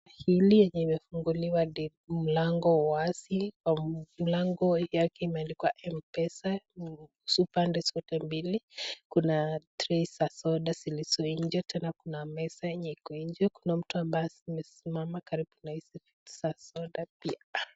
Hili limefunguliwa mlango wazi. Milango yake imeandikwa mpesa hizo pande zote mbili kuna kreti za soda zilizo nje tena kuna meza yenye iko nje. Kuna mtu ambaye amesimama karibu na hizi vireti za soda pia.